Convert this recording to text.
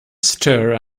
stir